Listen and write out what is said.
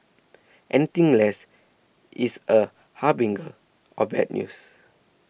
anything less is a harbinger of bad news